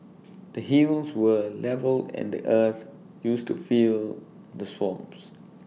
the hills were levelled and the earth used to fill the swamps